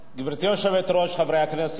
גברתי היושבת-ראש, חברי הכנסת,